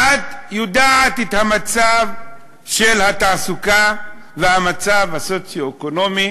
ואת יודעת את מצב התעסוקה ואת המצב הסוציו-אקונומי